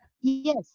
Yes